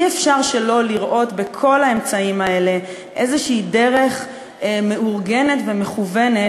אי-אפשר שלא לראות בכל האמצעים האלה איזו דרך מאורגנת ומכוונת